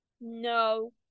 no